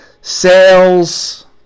sales